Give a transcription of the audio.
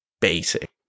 basic